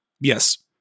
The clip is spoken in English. Yes